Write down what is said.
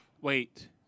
Wait